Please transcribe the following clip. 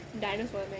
Dinosaur